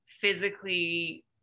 physically